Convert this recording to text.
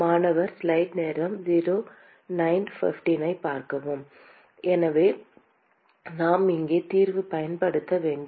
மாணவர் எனவே நாம் இங்கே தீர்வு பயன்படுத்த வேண்டும்